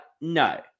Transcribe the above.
no